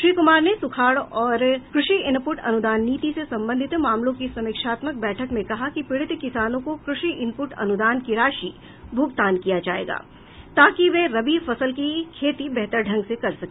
श्री कुमार ने सुखाड़ और कृषि इनपुट अनुदान नीति से संबंधित मामलों की समीक्षात्मक बैठक में कहा कि पीड़ित किसानों को कृषि इनपुट अनुदान की राशि भुगतान किया जायेगा ताकि वे रबी फसल की खेती बेहतर ढंग से कर सके